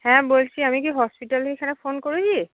হ্যাঁ বলছি আমি কি হসপিটালের এখানে ফোন করেছি